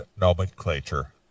nomenclature